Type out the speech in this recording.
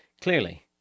Clearly